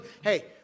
Hey